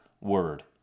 word